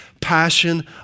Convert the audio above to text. passion